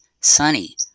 sunny